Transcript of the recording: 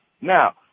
Now